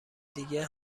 دیگه